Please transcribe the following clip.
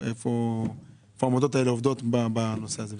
איפה העמותות האלו עובדות בנושא הזה.